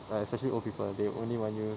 like especially old people they only want you